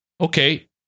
okay